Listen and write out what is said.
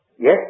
Yes